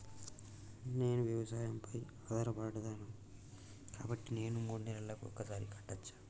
నేను వ్యవసాయం పై ఆధారపడతాను కాబట్టి నేను మూడు నెలలకు ఒక్కసారి కట్టచ్చా?